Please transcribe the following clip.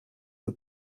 für